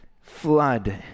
flood